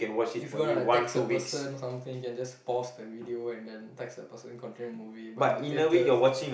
if you want to text the person or something you can just pause the video and then text the person and continue the movie but in the theatre